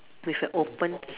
with a open s~